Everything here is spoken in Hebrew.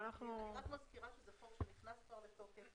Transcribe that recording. מזכירה שזה חוק שנכנס כבר לתוקף,